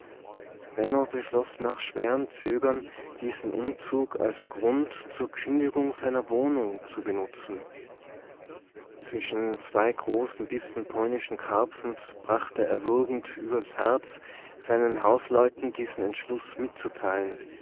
beschloß nach schwerem zögern diesen umzug als grund zur kündigung seiner wohnung zu benutzen zwischen zwei großen bissen polnischen karpfens brachte er es würgend übers herz seinen hausleuten diesen entschluß mitzuteilen